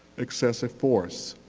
excessive force.